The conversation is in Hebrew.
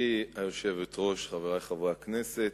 גברתי היושבת-ראש, חברי חברי הכנסת,